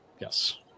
Yes